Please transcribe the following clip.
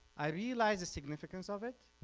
i realized the significance of it,